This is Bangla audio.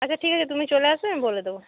আচ্ছা ঠিক আছে তুমি চলে আসো আমি বলে দেবো